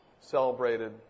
celebrated